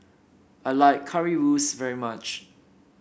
I like Currywurst very much